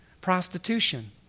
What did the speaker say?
Prostitution